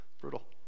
Brutal